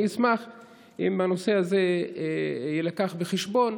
אשמח אם הנושא הזה יילקח בחשבון,